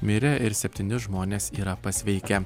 mirę ir septyni žmonės yra pasveikę